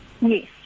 Yes